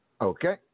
Okay